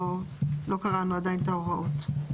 לא קראנו את ההוראות.